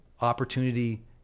opportunity